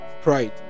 pride